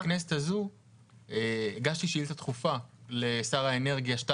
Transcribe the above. בתחילת הכנסת הזו הגשתי שאילתה דחופה לשר האנרגיה הקודם,